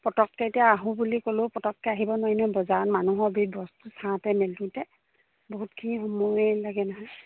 পতককৈ এতিয়া আহোঁ বুলি ক'লেও পতককৈ আহিব নোৱাৰি নহয় বজাৰত মানুহৰ ভাৰ বস্তু চাওঁতে মেলোতে বহুতখিনি সময় লাগে নহয়